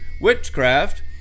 witchcraft